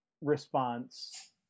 response